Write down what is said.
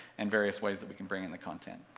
and various ways that we can bring in the content.